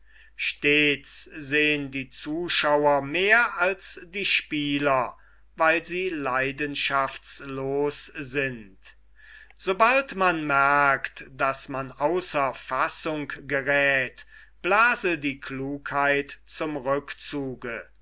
stets sehn die zuschauer mehr als die spieler weil sie leidenschaftslos sind sobald man merkt daß man außer fassung geräth blase die klugheit zum rückzuge